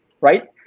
right